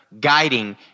guiding